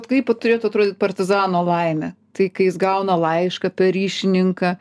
kaip turėtų atrodyt partizano laimė tai kai jis gauna laišką per ryšininką